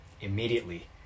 Immediately